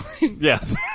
Yes